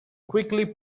quickly